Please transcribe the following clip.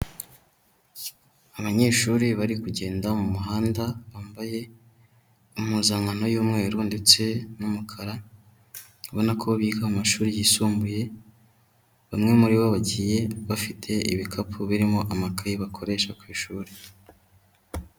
Abanyeshuri bari kugenda mu muhanda, bambaye impuzankano y'umweru ndetse n'umukara, ubona ko biga mu mashuri yisumbuye, bamwe muri bo bagiye bafite ibikapu birimo amakaye bakoresha ku ishuri.